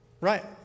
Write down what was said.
Right